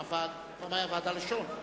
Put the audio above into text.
פעם היה ועד הלשון,